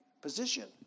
position